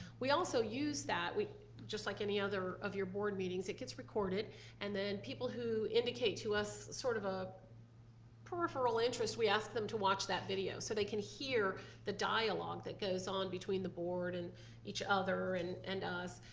we also use that we just like any other of your board meetings. it gets recorded and then people who indicate to us sort of a peripheral interest, we ask them to watch that video so they can hear the dialogue that goes on between the board and each other and and us.